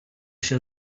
się